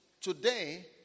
today